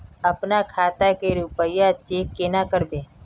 अपना खाता के रुपया चेक केना करबे?